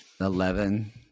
Eleven